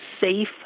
safe